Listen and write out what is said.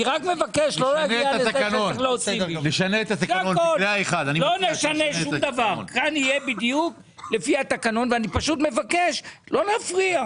לא נשנה שום דבר, ואני פשוט מבקש לא להפריע.